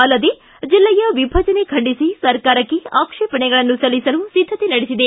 ಅಲ್ಲದೇ ಜಿಲ್ಲೆಯ ವಿಭಜನೆ ಖಂಡಿಸಿ ಸರ್ಕಾರಕ್ಕೆ ಆಕ್ಷೇಪಣೆಗಳನ್ನು ಸಲ್ಲಿಸಲು ಸಿದ್ಧತೆ ನಡೆಸಿದೆ